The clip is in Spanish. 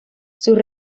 sus